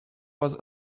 was